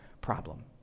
problem